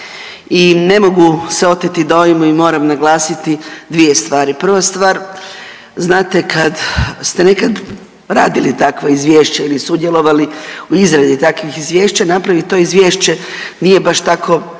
i ne mogu se oteti dojmu i moram naglasiti dvije stvari. Prva stvar, znate kad ste nekad radili takva izvješća ili sudjelovali u izradi takvih izvješća napravit to izvješće nije baš tako